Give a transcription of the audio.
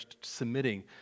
submitting